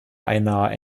einer